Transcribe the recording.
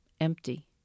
empty